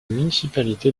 municipalité